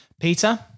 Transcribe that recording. Peter